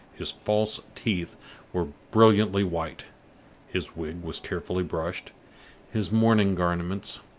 his false teeth were brilliantly white his wig was carefully brushed his mourning garments,